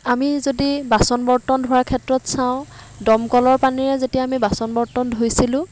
আমি যদি বাচন বৰ্তন ধোৱাৰ ক্ষেত্ৰত চাওঁ দমকলৰ পানীৰে যেতিয়া আমি বাচন বৰ্তন ধুইছিলোঁ